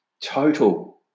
total